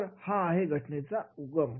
तर हा आहे घटनेचा उगम